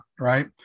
Right